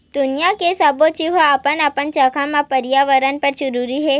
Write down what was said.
दुनिया के सब्बो जीव ह अपन अपन जघा म परयाबरन बर जरूरी हे